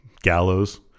Gallows